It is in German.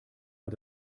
hat